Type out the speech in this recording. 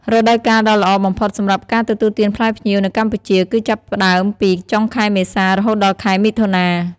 រដូវកាលដ៏ល្អបំផុតសម្រាប់ការទទួលទានផ្លែផ្ញៀវនៅកម្ពុជា គឺចាប់ផ្ដើមពី ចុងខែមេសា រហូតដល់ខែមិថុនា។